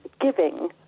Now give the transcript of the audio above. giving